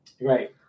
right